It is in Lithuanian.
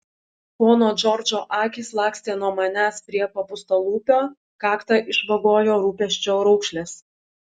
pono džordžo akys lakstė nuo manęs prie papūstalūpio kaktą išvagojo rūpesčio raukšlės